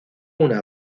una